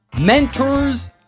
mentors